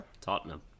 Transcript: Tottenham